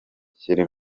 bakira